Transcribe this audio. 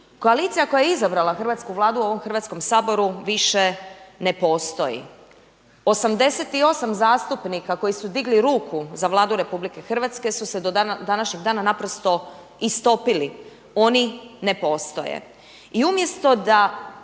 Koalicija koja je izabrala hrvatsku Vladu u ovom Hrvatskom saboru više ne postoji. 88 zastupnika koji su digli ruku za Vladu RH su se do današnjeg dana naprosto istopili, oni ne postoje.